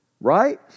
Right